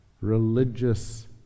religious